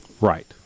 Right